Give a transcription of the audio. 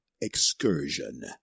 excursion